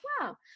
wow